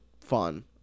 fun